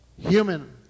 human